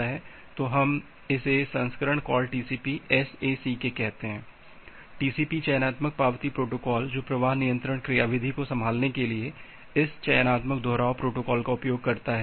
तो हम इसे संस्करण कॉल टीसीपी SACK कहते हैं TCP चयनात्मक पावती प्रोटोकॉल जो प्रवाह नियंत्रण क्रियाविधि को संभालने के लिए इस चयनात्मक दोहराव प्रोटोकॉल का उपयोग करता है